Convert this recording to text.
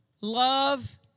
Love